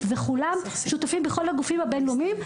וכולם שותפים בכל הגופים הבין-לאומיים.